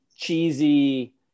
cheesy